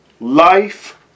life